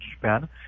Japan